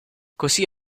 così